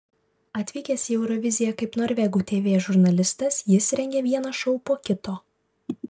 atvykęs į euroviziją kaip norvegų tv žurnalistas jis rengia vieną šou po kito